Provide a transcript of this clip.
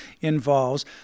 involves